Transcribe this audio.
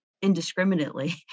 indiscriminately